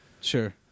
Sure